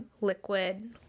liquid